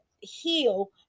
heal